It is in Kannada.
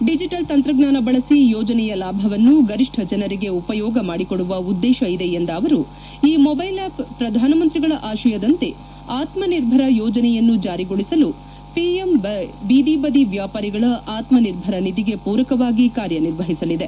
ಡಿಜೆಟಲ್ ತಂತ್ರಜ್ಞಾನ ಬಳಸಿ ಯೋಜನೆಯ ಲಾಭವನ್ನು ಗರಿಷ್ಠ ಜನರಿಗೆ ಉಪಯೋಗ ಮಾಡಿಕೊಡುವ ಉದ್ದೇಶ ಇದೆ ಎಂದ ಅವರು ಈ ಮೊಬೈಲ್ ಆಪ್ ಪ್ರಧಾನಮಂತ್ರಿಗಳ ಆಶಯದಂತೆ ಆತ್ಮನಿರ್ಭರ ಯೋಜನೆಯನ್ನು ಜಾರಿಗೊಳಿಸಲು ಪಿಎಂ ಬೀದಿಬದಿ ವ್ಯಾಪಾರಿಗಳ ಆತ್ಮನಿರ್ಭರ ನಿಧಿಗೆ ಪೂರಕವಾಗಿ ಕಾರ್ಯನಿರ್ವಹಿಸಲಿದೆ